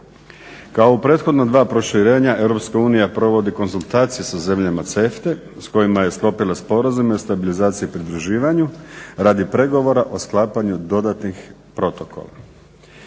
Kao u prethodna dva proširenja EU provodi konzultacije sa zemljama CEFTA-e s kojima je sklopila sporazum o stabilizaciji i pridruživanju radi pregovora o sklapanju dodatnih protokola.